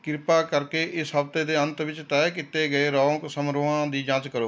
ਕਿਰਪਾ ਕਰਕੇ ਇਸ ਹਫ਼ਤੇ ਦੇ ਅੰਤ ਵਿੱਚ ਤਹਿ ਕੀਤੇ ਗਏ ਰੌਂਕ ਸਮਾਰੋਹਾਂ ਦੀ ਜਾਂਚ ਕਰੋ